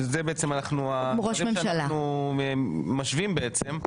שזה בעצם אנחנו משווים בעצם,